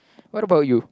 what about you